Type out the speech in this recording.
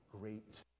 great